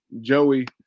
Joey